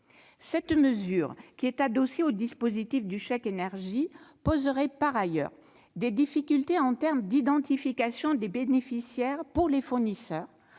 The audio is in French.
Cette mesure, qui est adossée au dispositif du chèque énergie, poserait par ailleurs des difficultés en termes d'identification des bénéficiaires pour les fournisseurs,